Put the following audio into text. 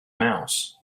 mouse